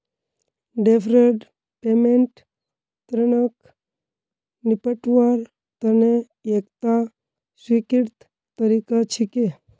deferred payment ऋणक निपटव्वार तने एकता स्वीकृत तरीका छिके